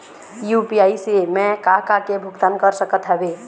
UPI से मैं का का के भुगतान कर सकत हावे?